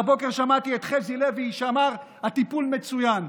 והבוקר שמעתי את חזי לוי, שאמר: הטיפול מצוין.